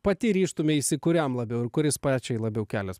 pati ryžtumeisi kuriam labiau ir kuris pačiai labiau kelias